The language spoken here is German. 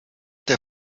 der